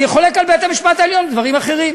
אני חולק על בית-המשפט העליון בדברים אחרים.